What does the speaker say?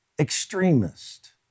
extremist